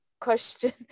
question